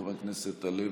חבר הכנסת הלוי,